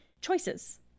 choices